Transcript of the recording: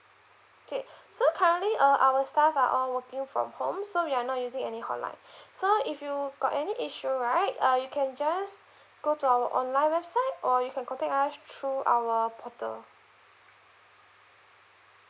K so currently uh our staff are all working from home so we are not using any hotline so if you got any issue right uh you can just go to our online website or you can contact us through our portal